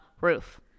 roof